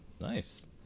nice